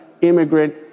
immigrant